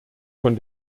von